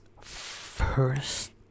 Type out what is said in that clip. first